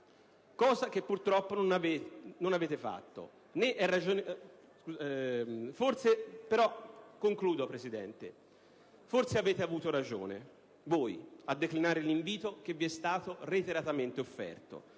cosa che purtroppo non avete fatto. Forse avete avuto ragione voi a declinare l'invito che vi è stato reiteratamente offerto.